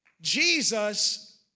Jesus